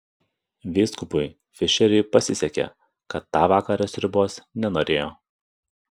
vyskupui fišeriui pasisekė kad tą vakarą sriubos nenorėjo